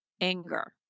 anger